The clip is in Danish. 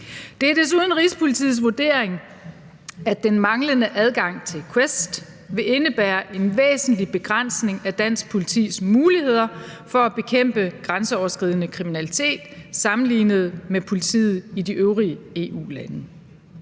Det er desuden Rigspolitiets vurdering, at den manglende adgang til QUEST vil indebære en væsentlig begrænsning af dansk politis muligheder for at bekæmpe grænseoverskridende kriminalitet sammenlignet med politiet i de øvrige EU-lande.